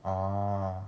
orh